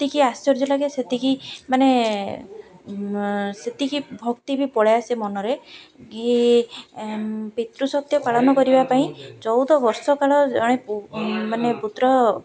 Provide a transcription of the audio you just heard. ସେତିକି ଆଶ୍ଚର୍ଯ୍ୟ ଲାଗେ ସେତିକି ମାନେ ସେତିକି ଭକ୍ତି ବି ପଳାଇ ଆସେ ମନରେ କି ପିତୃ ସତ୍ୟ ପାଳନ କରିବା ପାଇଁ ଚଉଦ ବର୍ଷ କାଳ ଜଣେ ମାନେ ପୁତ୍ର